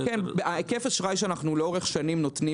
היקף האשראי שאנחנו לאורך שנים נותנים